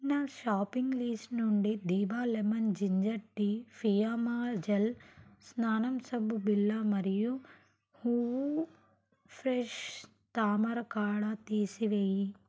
నా shopping list నుండి దిభా lemon ginger tea Fiama gel స్నానం సబ్బు బిళ్ళ మరియు హూవు ఫ్రెష్ తామర కాడ తీసివేయి